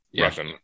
russian